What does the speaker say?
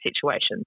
situations